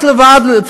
זה לא שייך.